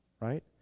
right